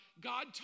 God